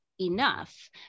enough